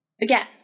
Again